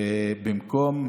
ובמקום